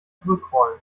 zurückrollen